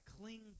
cling